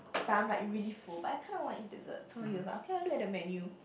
but I'm like really full but I kinda want to eat dessert so he was like okay ah look at the menu